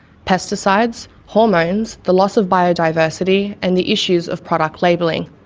pesticides, hormones, the loss of biodiversity and the issues of product labelling.